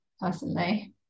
personally